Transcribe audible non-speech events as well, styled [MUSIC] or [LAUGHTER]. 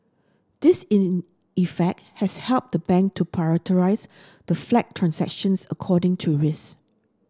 this in [UNINTELLIGIBLE] effect has helped the bank to prioritise the flagged transactions according to risk